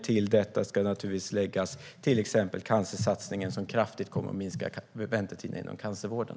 Till detta ska naturligtvis läggas till exempel cancersatsningen som kraftigt kommer att minska väntetiderna inom cancervården.